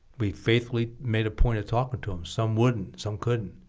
we faithfully made a point of talking to them some wouldn't some couldn't